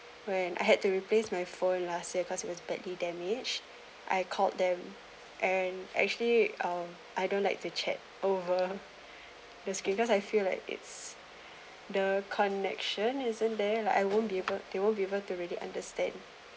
when I had to replace my phone last year cause it was badly damaged I called them and actually um I don't like to chat over the screen cause I feel like it's the connection isn't there like I won't be able they won't be able to really understand